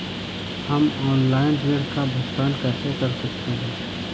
हम ऑनलाइन ऋण का भुगतान कैसे कर सकते हैं?